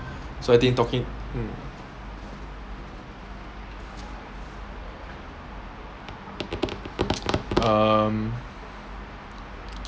so I think talking mm um